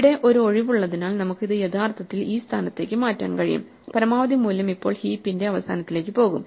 ഇവിടെ ഒരു ഒഴിവുള്ളതിനാൽ നമുക്ക് ഇത് യഥാർത്ഥത്തിൽ ഈ സ്ഥാനത്തേക്ക് മാറ്റാൻ കഴിയും പരമാവധി മൂല്യം ഇപ്പോൾ ഹീപ്പിന്റെ അവസാനത്തിലേക്ക് പോകും